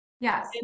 Yes